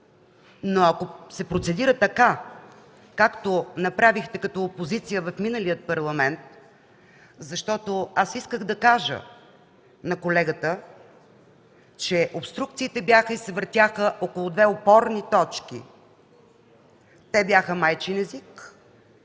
но ако се процедира така, както направихте като опозиция в миналия Парламент, аз исках да кажа на колегата, че обструкциите бяха и се въртяха около две опорни точки. Те бяха майчин език,